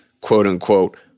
quote-unquote